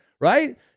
right